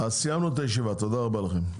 אז סיימנו את הישיבה, תודה רבה לכם.